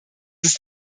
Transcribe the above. ist